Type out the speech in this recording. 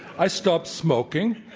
i stopped smoking.